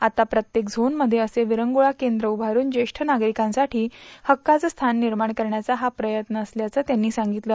आता प्रत्येक झोनमध्ये असे विरंगुळा केंद्र उभारून ज्येष्ठ नागरिकांसाठी हक्कांचे स्थान निर्माण करण्याचा हा प्रयत्न असल्याचे त्यांनी सांगितले